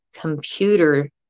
computer